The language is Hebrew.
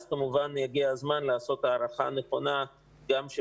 אז יגיע הזמן לעשות הערכה נכונה גם של